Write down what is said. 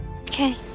Okay